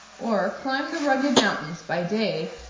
or climb the rugged mountains by day,